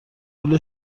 پول